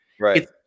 Right